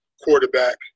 quarterback